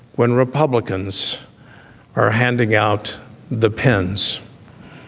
when republicans are handing out the pens.